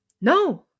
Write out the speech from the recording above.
no